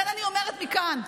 לכן אני אומרת מכאן,